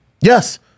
Yes